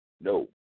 No